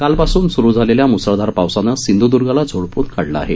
काल पासून सुरु झालेल्या म्सळधार पावसाने सिंध्द्र्गला झोडपून काढलं आहे